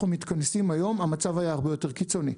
מתכנסים היום המצב היה הרבה יותר קיצוני.